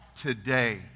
today